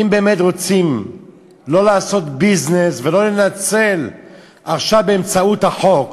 אם באמת רוצים לא לעשות ביזנס ולא לנצל עכשיו באמצעות החוק